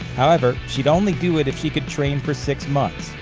however, she'd only do it if she could train for six months,